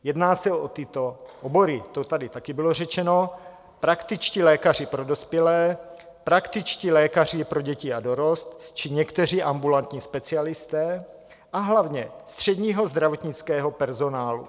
Jedná se o tyto obory to tady taky bylo řečeno: praktičtí lékaři pro dospělé, praktičtí lékaři pro děti a dorost či někteří ambulantní specialisté a hlavně střední zdravotnický personál.